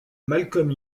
malcolm